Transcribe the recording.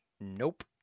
Nope